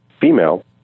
female